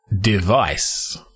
Device